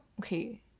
Okay